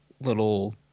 little